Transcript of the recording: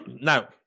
Now